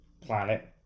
planet